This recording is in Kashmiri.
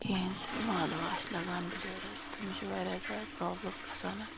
کِہیٖنۍ سُہ چھُ وَالہٕ واش لَگان بِچورَس تٔمِس چھِ واریاہ زیادٕ پرٛابلِم گژھان حظ